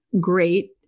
great